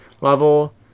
level